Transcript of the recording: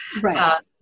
Right